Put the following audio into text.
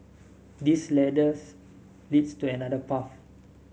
this ladders leads to another path